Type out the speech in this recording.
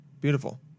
beautiful